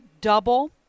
double